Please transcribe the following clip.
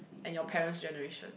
and your parents' generation